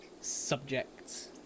subjects